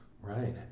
right